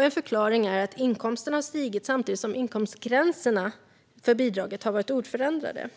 En förklaring är att inkomsterna har stigit samtidigt som inkomstgränserna för bidraget har varit oförändrade.